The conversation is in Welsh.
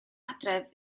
adref